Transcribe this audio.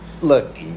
Look